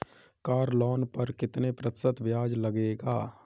Car loan पर कितने प्रतिशत ब्याज लगेगा?